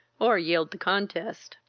or yield the contest.